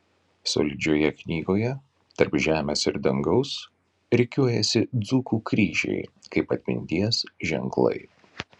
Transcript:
solidžioje knygoje tarp žemės ir dangaus rikiuojasi dzūkų kryžiai kaip atminties ženklai